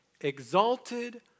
exalted